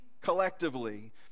collectively